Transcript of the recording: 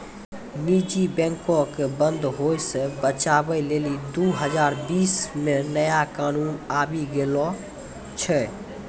निजी बैंको के बंद होय से बचाबै लेली दु हजार बीस मे नया कानून आबि गेलो छै